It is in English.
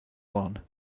one